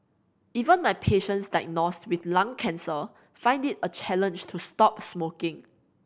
even my patients diagnosed with lung cancer find it a challenge to stop smoking